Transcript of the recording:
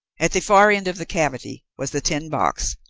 at the far end of the cavity was the tin box,